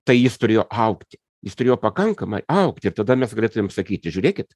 tai jis turėjo augti jis turėjo pakankamai augti ir tada mes galėtumėm sakyti žiūrėkit